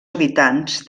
habitants